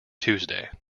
tuesday